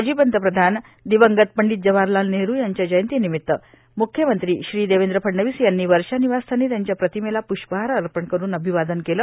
माजी पंतप्रधान दिवंगत पंडित जवाहरलाल नेहरु यांच्या जयंतीनिमित्त मुख्यमंत्री देवेंद्र फडणवीस यांनी वर्षा निवासस्थानी त्यांच्या प्रतिमेला प्ष्पहार अर्पण करून अभिवादन केले